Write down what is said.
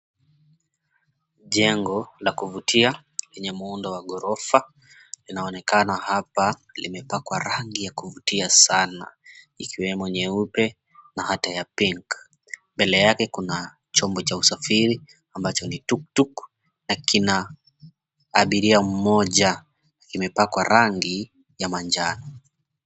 Jengo la kuvutia lenye muundo wa ghorofa linaonekana hapa limepakwa rangi ya kuvutia sana ikiwemo nyeupe na hata ya pink . Mbele yake kuna chombo cha usafiri ambacho ni tuktuk na kina abiria mmoja, kimepakwa rangi ya manjano.